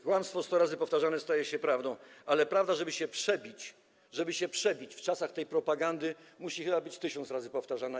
Kłamstwo sto razy powtarzane staje się prawdą, ale prawda, żeby się przebić - żeby się przebić w czasach tej propagandy - musi być chyba tysiąc razy powtarzana.